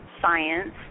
science